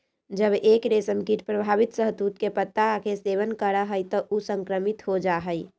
जब एक रेशमकीट प्रभावित शहतूत के पत्ता के सेवन करा हई त ऊ संक्रमित हो जा हई